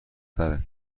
تره